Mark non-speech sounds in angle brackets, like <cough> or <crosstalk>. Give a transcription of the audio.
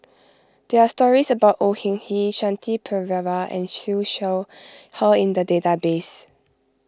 there are stories about Au Hing <unintelligible> Shanti Pereira and Siew Shaw Her in the database